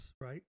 right